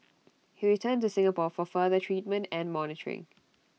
he returned to Singapore for further treatment and monitoring